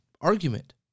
argument